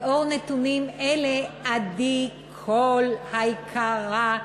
לאור נתונים אלה, עדי קול היקרה,